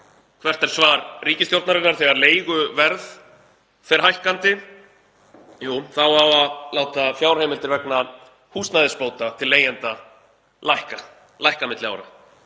Hvert er svar ríkisstjórnarinnar þegar leiguverð fer hækkandi? Jú, þá á að láta fjárheimildir vegna húsnæðisbóta til leigjenda lækka milli ára.